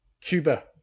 Cuba